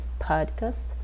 podcast